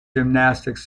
gymnastics